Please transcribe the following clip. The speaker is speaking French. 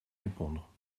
répondre